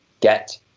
get